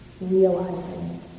realizing